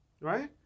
right